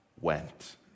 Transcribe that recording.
went